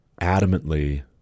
adamantly